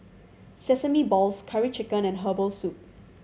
sesame balls Curry Chicken and herbal soup